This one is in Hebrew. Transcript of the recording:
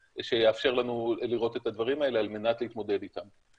שיאפשר לנו לראות את הדברים האלה על מנת להתמודד איתם.